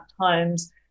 times